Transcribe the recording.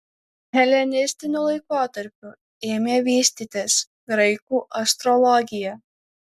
helenistiniu laikotarpiu ėmė vystytis graikų astrologija